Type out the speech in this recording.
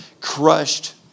crushed